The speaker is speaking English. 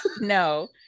no